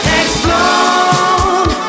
explode